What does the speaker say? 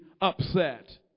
upset